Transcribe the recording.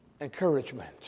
encouragement